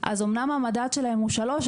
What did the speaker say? אז אומנם המדד שלהם הוא שלוש,